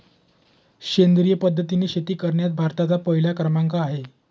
सेंद्रिय पद्धतीने शेती करण्यात भारताचा पहिला क्रमांक आहे